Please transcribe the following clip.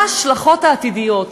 מה ההשלכות העתידיות,